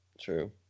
true